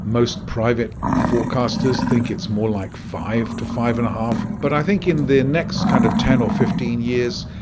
most private forecasters think it's more like five to five and a half. but i think in the next kind of ten or fifteen years,